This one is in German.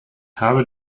habe